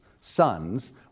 sons